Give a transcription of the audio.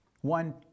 One